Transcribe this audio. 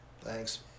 Thanks